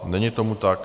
Není tomu tak.